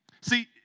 See